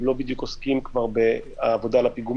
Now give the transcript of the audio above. כבר לא עוסקים בדיוק בעבודה על הפיגומים,